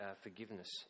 forgiveness